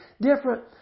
different